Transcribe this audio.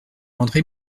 andré